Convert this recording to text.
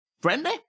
friendly